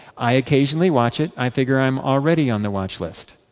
i occasionally watch it, i figure i am already on the watch list.